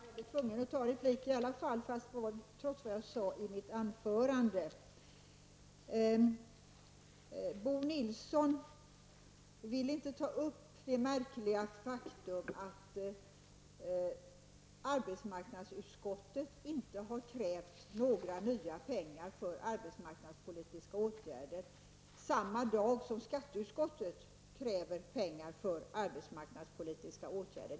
Herr talman! Jag blir tvungen att begära replik, trots det jag sade i mitt anförande. Bo Nilsson vill inte ta upp det märkliga faktum att arbetsmarknadsutskottet inte har krävt några nya pengar till arbetsmarknadspolitiska åtgärder, trots att skatteutskottet samma dag kräver pengar för arbetsmarknadspolitiska åtgärder.